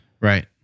right